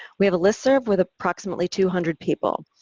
we have a listserv with approximately two hundred people.